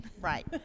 right